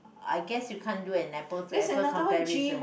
I guess you can't do an apple to apple comparison